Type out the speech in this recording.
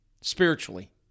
spiritually